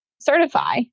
certify